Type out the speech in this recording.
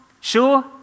Sure